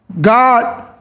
God